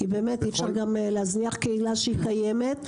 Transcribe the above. כי אי אפשר להזניח קהילה קיימת.